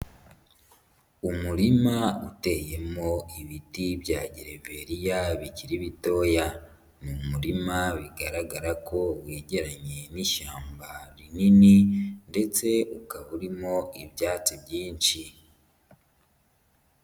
Umurima uteyemo ibiti bya gereveriya bikiri bitoya, ni umurima bigaragara ko wegeranye n'ishyamba rinini ndetse ukaba urimo ibyatsi byinshi.